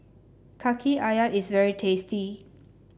Kaki ayam is very tasty